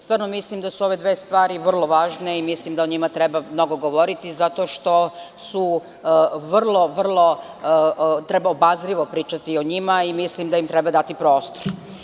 Stvarno mislim da su ove dve stvari vrlo važne i mislim da o njima treba mnogo govoriti zato što vrlo obazrivo treba pričati o njima i mislim da im treba dati prostor.